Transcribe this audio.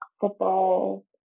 football